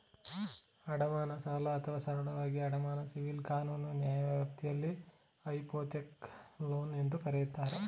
ಅಡಮಾನ ಸಾಲ ಅಥವಾ ಸರಳವಾಗಿ ಅಡಮಾನ ಸಿವಿಲ್ ಕಾನೂನು ನ್ಯಾಯವ್ಯಾಪ್ತಿಯಲ್ಲಿ ಹೈಪೋಥೆಕ್ ಲೋನ್ ಎಂದೂ ಕರೆಯುತ್ತಾರೆ